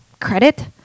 credit